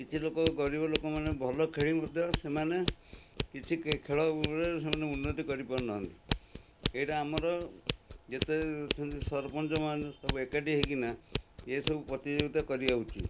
କିଛି ଲୋକ ଗରିବ ଲୋକମାନେ ଭଲ ଖେଳି ମଧ୍ୟ ସେମାନେ କିଛି ଖେଳରେ ସେମାନେ ଉନ୍ନତି କରି ପାରୁନାହାଁନ୍ତି ଏଇଟା ଆମର ଯେତେ ଅଛନ୍ତି ସରପଞ୍ଚମାନେ ସବୁ ଏକାଠି ହେଇକିନା ଏ ସବୁ ପ୍ରତିଯୋଗିତା କରିବା ଉଚିତ